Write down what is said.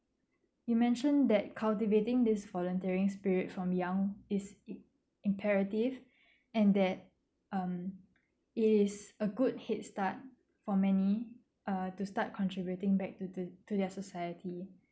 you mentioned that cultivating this volunteering spirit from young is im~ imperative and that um it is a good head start for many uh to start contributing back to the to their society